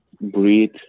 breathe